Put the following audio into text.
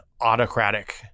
autocratic